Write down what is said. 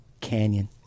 Canyon